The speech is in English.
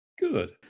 Good